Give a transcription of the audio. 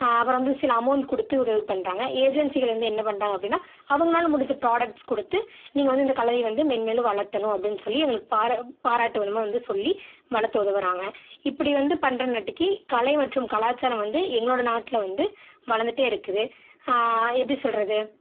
அப்பறம் வந்து சில அமௌண்ட் கொடுத்து உதவி பண்ணுறாங்க ஏஜென்ஸிகள் வந்து என்ன பண்ணுறாங்க அப்படின்னா அவங்கனால முடிஞ்ச புராடக்ட்ஸ் கொடுத்து நீங்கள் வந்து இந்த கலை வந்து மென்மேலும் வளர்த்தணும் அப்படினு சொல்லி எங்களுக்கு பார பாரட்டும்விதமா வந்து சொல்லி வளர்த்து உதவுறாங்க இப்படி வந்து பண்ணுறனாடிக்கி கலை மற்றும் கலாச்சாரம் வந்து எங்களோடய நாட்டில் வந்து வளர்ந்துட்டே இருக்குது எப்படி சொல்கிறது